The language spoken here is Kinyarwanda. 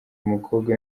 umukobwa